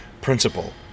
Principle